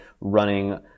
running